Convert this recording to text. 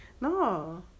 No